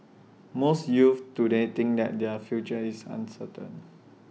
most youths today think that their future is uncertain